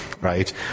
right